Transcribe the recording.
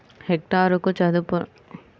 హెక్టారుకు చదరపు మీటర్లు ఎన్ని?